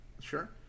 Sure